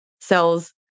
cells